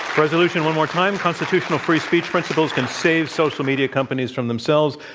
resolution one more time, constitutional free speech principles can save social media companies from themselves.